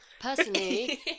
Personally